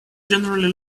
generally